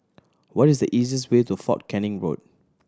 what is the easiest way to Fort Canning Road